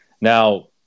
Now